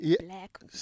Black